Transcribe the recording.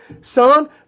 son